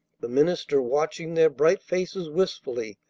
the minister, watching their bright faces wistfully,